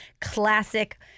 classic—